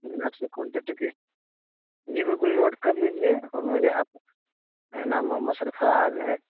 میں نے آپ سے کانٹیکٹ کے جی بالکل نوٹ کر لیجیے اور مجھے آپ نام محمد سرفراز ہے